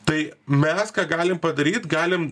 tai mes ką galim padaryt galim